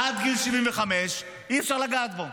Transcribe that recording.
עד גיל 75 אי-אפשר לגעת בו.